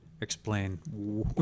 explain